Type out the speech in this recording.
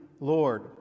Lord